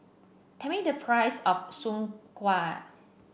tell me the price of Soon Kway